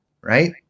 Right